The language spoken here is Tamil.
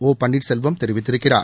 ஒபன்னீர்செல்வம் தெரிவித்திருக்கிறார்